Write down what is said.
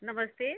नमस्ते